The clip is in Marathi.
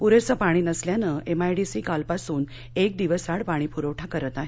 पुरेसं पाणी नसल्यानं एमआयडीसी कालपासून एक दिवसाआड पाणीपुरवठा करत आहे